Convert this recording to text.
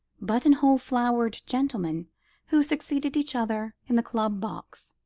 button-hole-flowered gentlemen who succeeded each other in the club box,